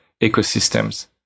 ecosystems